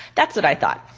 that's what i thought.